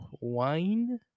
wine